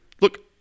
Look